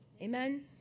amen